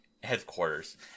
headquarters